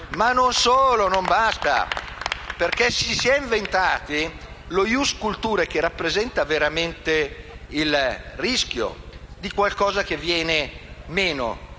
Non solo e non basta, perché ci si è inventati lo *ius culturae*, che rappresenta veramente il rischio di qualcosa che viene meno